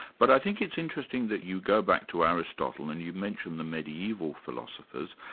but i think it's interesting that you go back to aristotle and you mention the mediaeval philosophers.